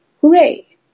Hooray